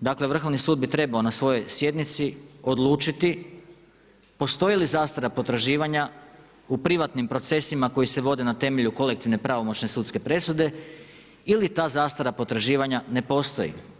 dakle Vrhovni sud bi trebao na svojoj sjednici odlučiti postoji li zastara potraživanja u privatnim procesima koji se vode na temelju kolektivne pravomoćne sudske presude ili ta zastara potraživanja ne postoji.